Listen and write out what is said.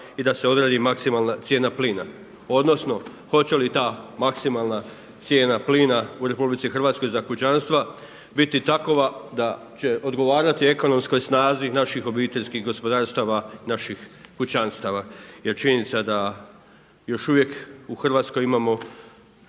i da se odredi maksimalna cijena plina odnosno hoće li ta maksimalna cijena plina u RH za kućanstva biti takova da će odgovarati ekonomskoj snazi naših obiteljskih gospodarstava, naših kućanstava? Jer činjenica je da još uvijek u Hrvatskoj imamo